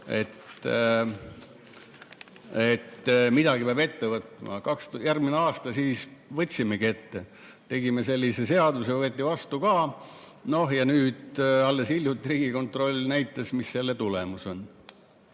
et midagi peab ette võtma. Järgmisel aastal siis võtsimegi ette, tegime sellise seaduse, võeti vastu ka. Ja nüüd alles hiljuti Riigikontroll näitas, mis selle tulemus on.